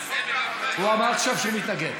הוא אמר עכשיו שהוא מתנגד.